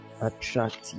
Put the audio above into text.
attractive